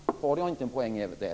Har jag inte en poäng även där?